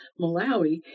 Malawi